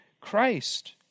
Christ